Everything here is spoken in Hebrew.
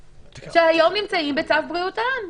שהיום נמצאים בצו בריאות העם.